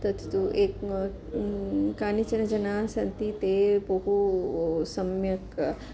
तत् तु एक् कानिचन जनाः सन्ति ते बहु सम्यक्